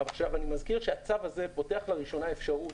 אני מזכיר שהצו הזה פותח לראשונה אפשרות,